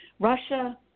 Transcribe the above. Russia